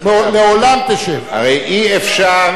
הרי אי-אפשר,